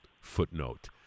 footnote